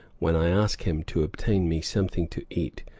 when i ask him to obtain me something to eat,